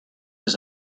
his